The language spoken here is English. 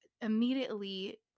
immediately